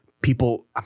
People –